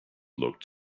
looked